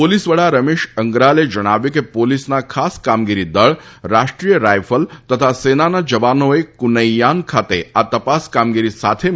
police વડા રમેશ અંગ્રાલે જણાવ્યું હતું કે પોલીસના ખાસ કામગીરી દળ રાષ્ટ્રીય રાઈફલ તથા સેનાના જવાનોએ કુનૈયાન ખાતે આ તપાસ કામગીરી સાથે મળીને હાથ ધરી હતી